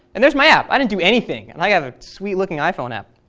and there's my app. i didn't do anything, and i got a sweet looking iphone app.